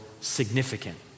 significant